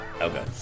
Okay